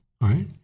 right